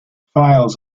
files